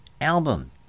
album